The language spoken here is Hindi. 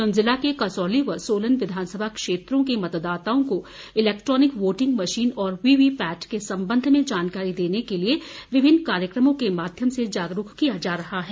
सोलन जिले के कसौली व सोलन विधानसभा क्षेत्रों के मतदाताओं को इलेक्ट्रॉनिक वोटिंग मशीन और वीवीपैट के संबंध में जानकारी देने के लिए विभिन्न कार्यक्रम के माध्यम से जागरूक किया जा रहा है